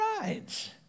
rides